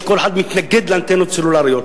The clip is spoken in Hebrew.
שכל אחד מתנגד לאנטנות סלולריות.